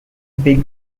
big